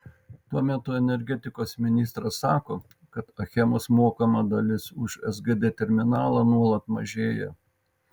tuo metu energetikos ministras sako kad achemos mokama dalis už sgd terminalą nuolat mažėja